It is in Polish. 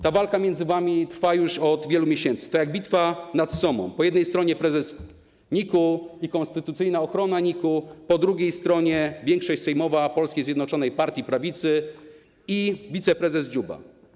Ta walka między wami trwa już od wielu miesięcy, to jest jak bitwa nad Sommą: po jednej stronie prezes NIK-u i konstytucyjna ochrona NIK-u, po drugiej stronie większość sejmowa polskiej zjednoczonej partii prawicy i wiceprezes Dziuba.